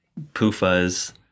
PUFAs